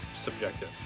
subjective